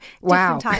wow